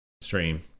stream